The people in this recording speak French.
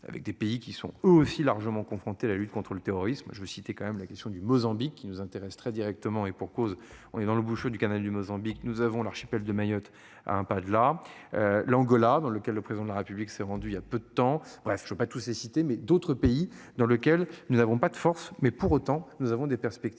Avec des pays qui sont eux aussi largement confrontée la lutte contre le terrorisme. Je vais citer quand même la question du Mozambique qui nous intéressent très directement et pour cause, on est dans le bouchon du canal du Mozambique. Nous avons l'archipel de Mayotte hein pas de la. L'Angola dans lequel le président de la République s'est rendu il y a peu de temps. Voilà ce ne veux pas tous les citer, mais d'autres pays dans lequel nous n'avons pas de force mais pour autant, nous avons des perspectives